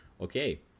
Okay